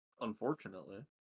Unfortunately